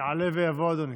יעלה ויבוא אדוני.